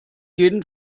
jeden